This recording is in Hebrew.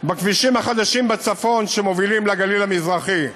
בכבישים החדשים בצפון שמובילים לגליל המזרחי: